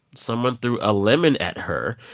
someone threw a lemon at her.